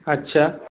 আচ্ছা